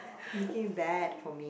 making bad for me